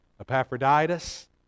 Epaphroditus